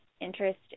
interest